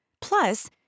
Plus